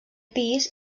pis